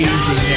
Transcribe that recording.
Easy